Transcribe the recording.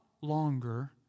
longer